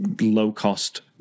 low-cost